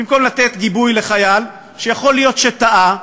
במקום לתת גיבוי לחייל שיכול להיות שטעה,